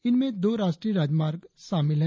इनमें दो राष्ट्रीय राजमार्ग शामिल हैं